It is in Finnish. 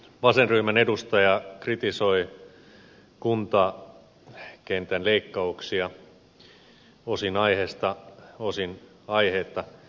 vasenryhmän edustaja kritisoi kuntakentän leikkauksia osin aiheesta osin aiheetta